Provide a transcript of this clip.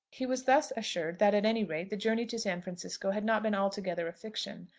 he was thus assured that at any rate the journey to san francisco had not been altogether a fiction.